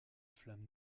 flamme